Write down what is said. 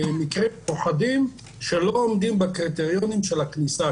מקרים שלא עומדים בקריטריונים של הכניסה.